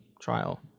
trial